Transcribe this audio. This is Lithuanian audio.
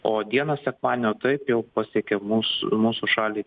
o dieną sekmadienio taip jau pasiekė mus mūsų šalį